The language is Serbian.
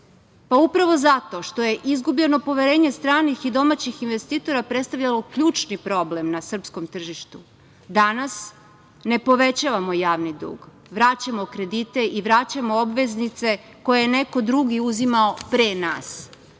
Upravo zato što je izgubljeno poverenje stranih i domaćih investitora predstavljalo ključni problem na srpskom tržištu. Danas ne povećavamo javni dug, vraćamo kredite i vraćamo obveznice koje je neko drugi uzimao pre nas.